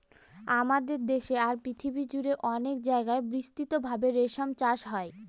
আমাদের দেশে আর পৃথিবী জুড়ে অনেক জায়গায় বিস্তৃত ভাবে রেশম চাষ হয়